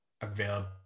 available